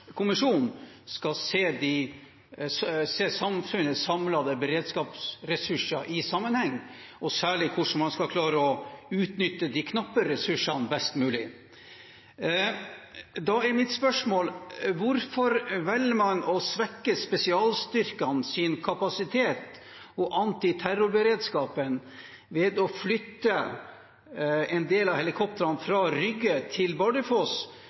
skal se samfunnets samlede beredskapsressurser i sammenheng, og særlig hvordan man skal klare å utnytte de knappe ressursene best mulig. Da er mitt spørsmål: Hvorfor velger man å svekke spesialstyrkenes kapasitet og antiterrorberedskapen ved å flytte en del av helikoptrene fra Rygge til